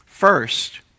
First